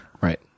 Right